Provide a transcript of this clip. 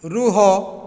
ରୁହ